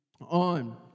on